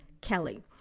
Kelly